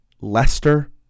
Leicester